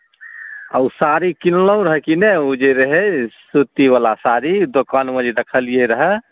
आ ओ साड़ी किनलहुँ रहए कि नहि ओ जे रहै सूतीवला साड़ी दोकानमे जे देखलियै रहए